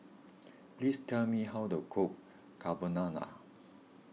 please tell me how to cook Carbonara